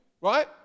right